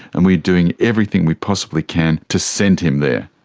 and we're doing everything we possibly can to send him there.